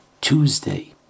Tuesday